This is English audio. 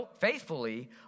faithfully